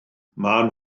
maen